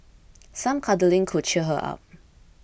some cuddling could cheer her up